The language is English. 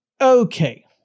Okay